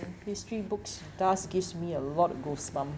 history books does gives me a lot of goosebump